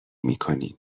میکنیم